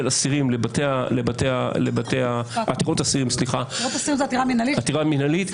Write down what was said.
אסירים לבתי --- עתירות אסירים זה עתירה מינהלית.